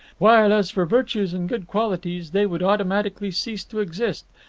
while, as for virtues and good qualities, they would automatically cease to exist,